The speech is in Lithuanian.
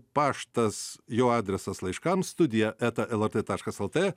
paštas jo adresas laiškams studija eta lrt taškas lt